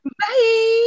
Bye